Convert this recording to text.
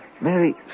Mary